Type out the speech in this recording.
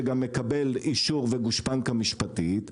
שגם מקבל אישור וגושפנקה משפטית,